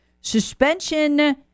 suspension